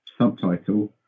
subtitle